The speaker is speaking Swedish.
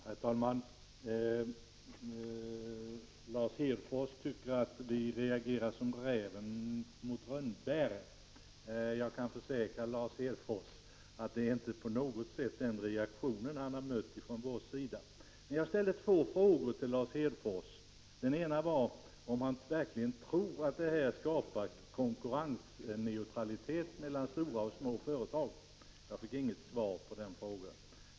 Herr talman! Lars Hedfors tyckte att vi reservanter reagerar som räven på rönnbären. Jag kan försäkra Lars Hedfors att det inte på något sätt är en sådan reaktion som han har mött från vår sida. Jag ställde två frågor till Lars Hedfors. Den ena var om han verkligen tror att förslaget skapar konkurrensneutralitet mellan stora och små företag. Jag fick inget svar på den frågan.